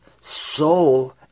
soul